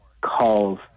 calls